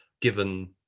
given